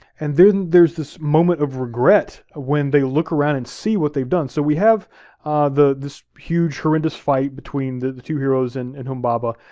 and then there's this moment of regret ah when they look around and see what they've done. so we have this, huge horrendous fight between the two heroes and and humbaba,